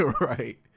right